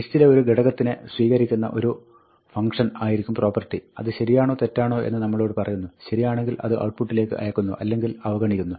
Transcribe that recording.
ലിസ്റ്റിലെ ഒരു ഘടകത്തിനെ സ്വീകരിക്കുന്ന ഒരു ഫംങ്ക്ഷൻ ആയിരിക്കും പ്രോപ്പർട്ടി അത് ശരിയാണോ തെറ്റാണോ എന്ന് നമ്മളോട് പറയുന്നു ശരിയാണെങ്കിൽ അത് ഔട്ട്പുട്ടിലേക്ക് അയക്കുന്നു അല്ലെങ്കിൽ അവഗണിക്കുന്നു